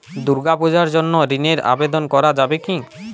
দুর্গাপূজার জন্য ঋণের আবেদন করা যাবে কি?